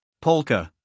polka